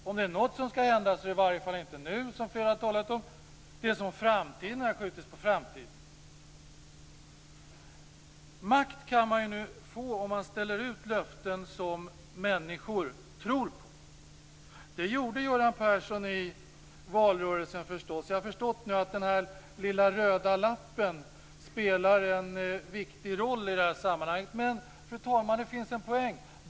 Om det är något som skall ändras så är det i alla fall inte nu, som flera talat om. Det har skjutits på framtiden. Makt kan man ju få om man ställer ut löften som människor tror på. Det gjorde Göran Persson i valrörelsen. Jag har förstått att den lilla röda lappen spelar en viktig roll i det här sammanhanget. Men det finns en poäng, fru talman.